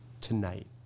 tonight